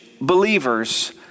Believers